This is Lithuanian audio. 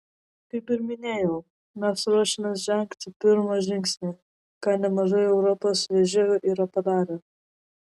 kaip ir minėjau mes ruošiamės žengti pirmą žingsnį ką nemažai europos vežėjų yra padarę